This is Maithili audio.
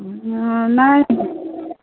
हॅं नहि